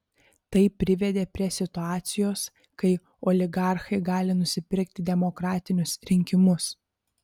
tai privedė prie situacijos kai oligarchai gali nusipirkti demokratinius rinkimus